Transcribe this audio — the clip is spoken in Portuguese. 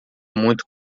muito